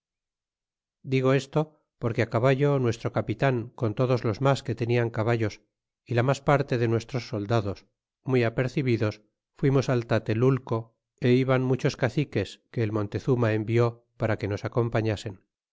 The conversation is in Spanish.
digo esto porque hé caballo nuestro capitan con todos los mas que tenian caballos y la mas parte de nuestros soldados muy apercebidos fuimos al tatelulco a iban muchos caciques que el montezuma envió para que nos acompañasen